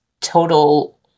total